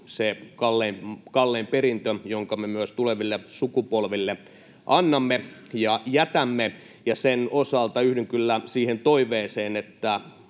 se kallein perintö, jonka me myös tuleville sukupolville annamme ja jätämme. Sen osalta yhdyn kyllä siihen toiveeseen,